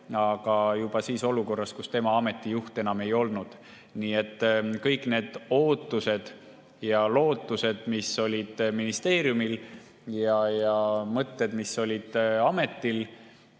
aga juba olukorras, kus tema ameti juht enam ei olnud. Nii et kõik need ootused ja lootused, mis olid ministeeriumil, ja mõtted, mis olid ametil,